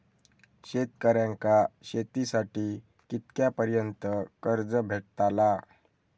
शेतकऱ्यांका शेतीसाठी कितक्या पर्यंत कर्ज भेटताला?